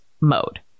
mode